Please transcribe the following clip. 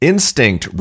Instinct